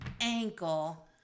Ankle